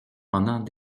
pendant